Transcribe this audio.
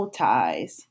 ties